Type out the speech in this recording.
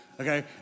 Okay